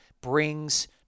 brings